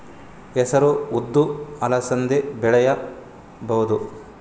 ಹೆಸರು ಉದ್ದು ಅಲಸಂದೆ ಬೆಳೆಯಬಹುದಾ?